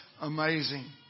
amazing